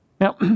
Now